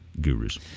gurus